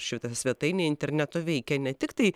šita svetainė internetu veikia ne tiktai